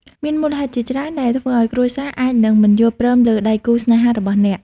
មានមូលហេតុជាច្រើនដែលធ្វើឲ្យគ្រួសារអាចនឹងមិនយល់ព្រមលើដៃគូស្នេហារបស់អ្នក។